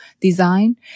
design